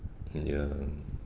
ya